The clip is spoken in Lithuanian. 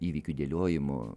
įvykių dėliojimo